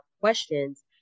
questions